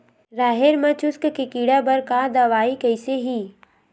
राहेर म चुस्क के कीड़ा बर का दवाई कइसे ही?